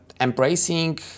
embracing